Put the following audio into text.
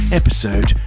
episode